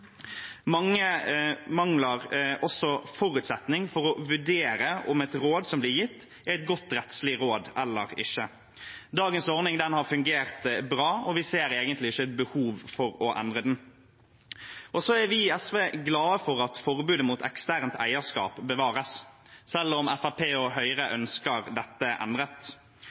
Mange mangler også forutsetning for å vurdere om et råd som blir gitt, er et godt rettslig råd eller ikke. Dagens ordning har fungert bra, og vi ser egentlig ikke et behov for å endre den. Så er vi i SV glad for at forbudet mot eksternt eierskap bevares, selv om Fremskrittspartiet og Høyre ønsker dette endret.